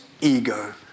ego